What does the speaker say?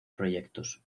proyectos